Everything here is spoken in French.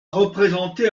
représenté